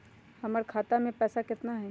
हमर खाता मे पैसा केतना है?